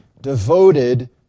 devoted